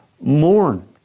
mourn